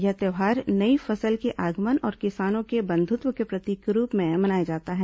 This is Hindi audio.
यह त्यौहार नई फसल के आगमन और किसानों के बंधुत्व के प्रतीक के रूप में मनाया जाता है